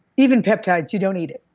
even peptides, you don't eat it.